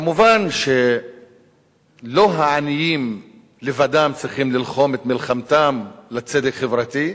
מובן שלא העניים לבדם צריכים ללחום את מלחמתם לצדק חברתי,